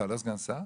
לא עשינו